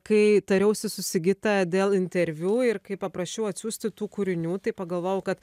kai tariausi su sigita dėl interviu ir kai paprašiau atsiųsti tų kūrinių tai pagalvojau kad